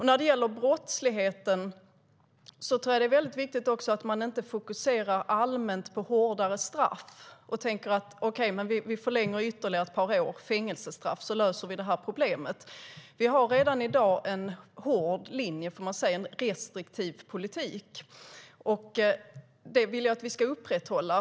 När det gäller brottsligheten tror jag att det är mycket viktigt att man inte fokuserar allmänt på hårdare straff och tänker att man ska förlänga fängelsestraffen med ytterligare ett par år för att lösa detta problem. Vi har redan i dag en hård linje och en restriktiv politik, vilket jag vill att vi ska upprätthålla.